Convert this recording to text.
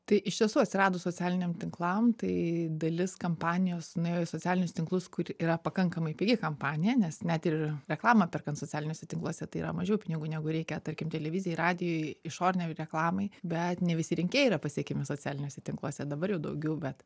tai iš tiesų atsiradus socialiniam tinklam tai dalis kampanijos nuėjo į socialinius tinklus kur yra pakankamai pigi kampanija nes net ir reklamą perkant socialiniuose tinkluose tai yra mažiau pinigų negu reikia tarkim televizijai radijui išorinei reklamai bet ne visi rinkėjai yra pasiekiami socialiniuose tinkluose dabar jau daugiau bet